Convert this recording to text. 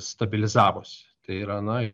stabilizavosi tai yra na